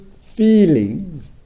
feelings